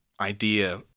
idea